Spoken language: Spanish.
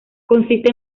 consiste